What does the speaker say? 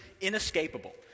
inescapable